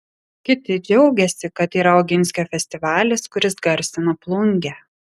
kiti džiaugiasi kad yra oginskio festivalis kuris garsina plungę